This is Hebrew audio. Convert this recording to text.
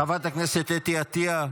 חברת הכנסת אתי עטייה,